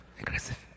aggressive